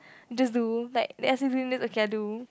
just do like they ask me do this okay then I do